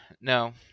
No